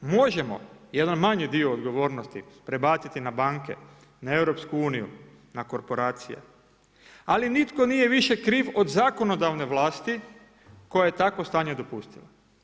Možemo jedan manji dio odgovornosti prebaciti na banke, na EU, na korporacije, ali nitko nije više kriv od zakonodavne vlasti koja je takvo stanje dopustila.